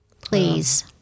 Please